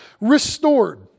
restored